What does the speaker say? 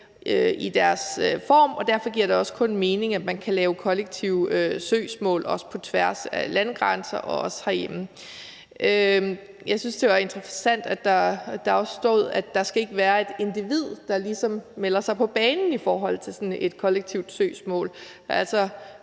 i deres form, og derfor giver det også kun mening, at man kan lave kollektive søgsmål på tværs af landegrænser og også herhjemme. Jeg synes, det var interessant, at der også stod, at der ikke skal være et individ, der ligesom melder sig på banen i forhold til sådan et kollektivt søgsmål. Der